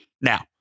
Now